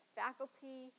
faculty